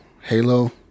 Halo